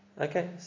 Okay